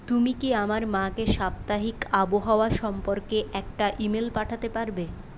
তুমি কি আমার মাকে সাপ্তাহিক আবহাওয়া সম্পর্কে একটা ইমেল পাঠাতে পারবে